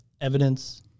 evidence